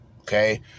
okay